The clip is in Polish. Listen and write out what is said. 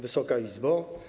Wysoka Izbo!